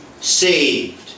saved